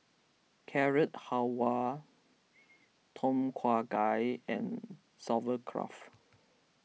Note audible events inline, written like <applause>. Carrot Halwa Tom Kha Gai and <unintelligible>